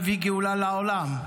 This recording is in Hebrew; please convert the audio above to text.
מביא גאולה לעולם.